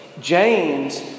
James